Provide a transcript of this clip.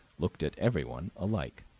looked at everyone alike.